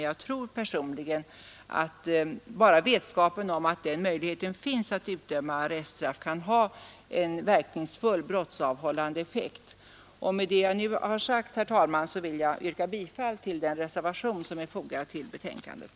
Jag tror personligen att bara vetskapen om att den möjligheten finns kan ha en verkningsfull brottsavhållande effekt. Med det jag nu har sagt, herr talman, vill jag yrka bifall till den reservation som är fogad till betänkandet.